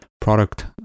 product